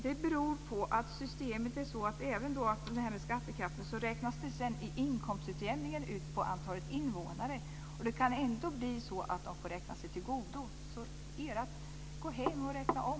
Det beror på att systemet är sådant att inkomstutjämningen räknas ut på antalet invånare. Det kan ändå bli så att det kan räknas till godo. Lennart Hedquist får gå hem och räkna om.